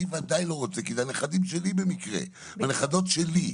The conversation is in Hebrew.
אני ודאי לא רוצה כי זה הנכדים שלי במקרה והנכדות שלי.